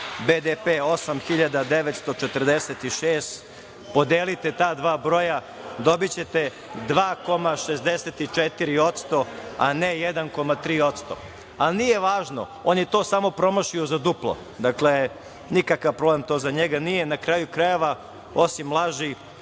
BDP 8.946, podelite ta dva broja dobićete 2,64%, a ne 1,3%, ali, nije važno, on je to samo promašio za duplo. Dakle, nikakav problem to za njega nije, na kraju krajeva, osim laži